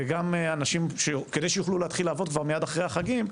וגם אנשים כדי שיוכלו להתחיל לעבוד כבר מיד אחרי החגים,